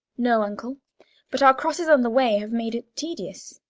no, uncle but our crosses on the way have made it tedious,